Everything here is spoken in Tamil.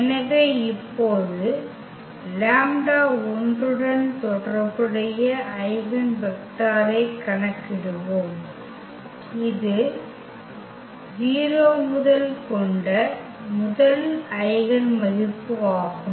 எனவே இப்போது λ1 உடன் தொடர்புடைய ஐகென் வெக்டரைக் கணக்கிடுவோம் இது முதல் 0 ஐக் கொண்ட முதல் ஐகென் மதிப்பு ஆகும்